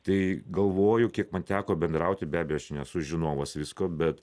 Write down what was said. tai galvoju kiek man teko bendrauti be abejo aš čia nesu žinovas visko bet